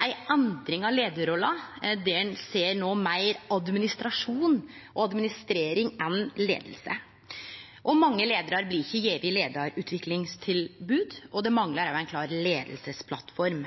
ei endring av leiarrolla, der ein no ser meir administrasjon og administrering enn leiing. Mange leiarar blir ikkje gjevne leiarutviklingstilbod, og det manglar òg ei klar leiingsplattform.